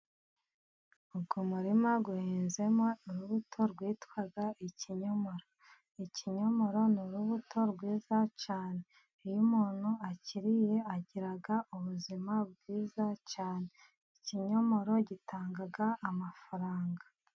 uwo murima uhinzemo urubuto rwitwa ikinyomoro, ikinyomoro ni urubuto rwiza cyane iyo umuntu akiriye agira ubuzima bwiza cyane, ikinyomoro gitanga amafaranga.